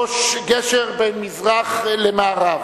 ראש גשר בין מזרח למערב.